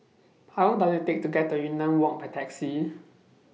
How Long Does IT Take to get to Yunnan Walk By Taxi